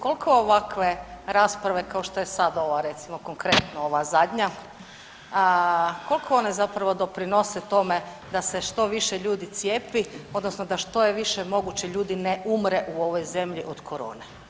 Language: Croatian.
Koliko ovakve rasprave kao što je sada ova recimo konkretno ova zadnja, koliko one zapravo doprinose tome da se što više ljudi cijepi, odnosno da što je više moguće ljudi ne umre u ovoj zemlji od corone.